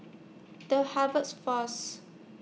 The Harvest Force